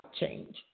change